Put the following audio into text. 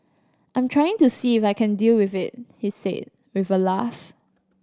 I'm trying to see if I can deal with it he said with a laugh